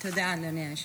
תודה, אדוני היושב-ראש.